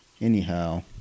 Anyhow